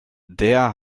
der